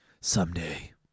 Someday